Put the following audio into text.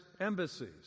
embassies